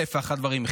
אלף ואחד דברים.